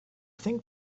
think